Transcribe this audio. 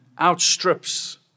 outstrips